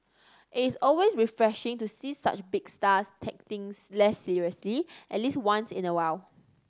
it is always refreshing to see such big stars take things less seriously at least once in a while